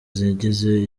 zigize